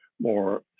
more